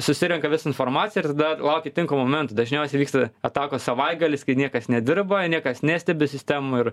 susirenka visą informaciją ir tada laukia tinkamo momento dažniausiai vyksta atakos savaitgalis kai niekas nedirba niekas nestebi sistemų ir